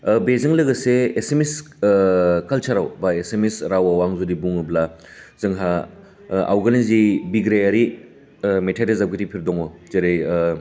बेजों लोगोसे एसामिस कालचाराव बा एसामिस रावआव आं जुदि बुङोब्ला जोंहा आवगोलनि जि बिग्रायारि मेथाइ रोजाबगिरिफोर दङ जेरै